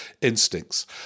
instincts